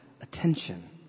attention